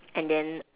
and then